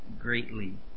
greatly